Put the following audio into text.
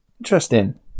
Interesting